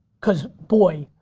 cause boy,